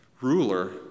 ruler